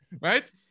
right